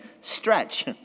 stretch